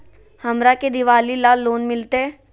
हमरा के दिवाली ला लोन मिलते?